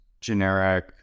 generic